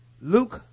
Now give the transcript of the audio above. Luke